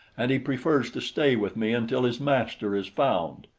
and he prefers to stay with me until his master is found.